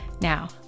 Now